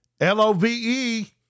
L-O-V-E